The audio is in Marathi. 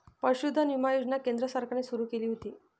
पशुधन विमा योजना केंद्र सरकारने सुरू केली होती